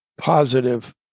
positive